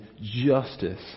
justice